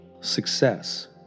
Success